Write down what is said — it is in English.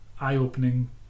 eye-opening